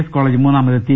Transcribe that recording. S college മൂന്നാമതെത്തി